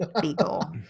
Beagle